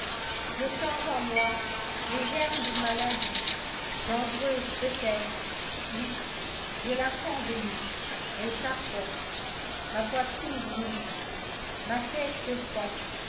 je sens en moi les germes d'une maladie dangereuse peut-être oui je la sens venir elle s'approche ma poitrine brûle ma tête se fend